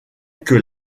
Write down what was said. que